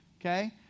Okay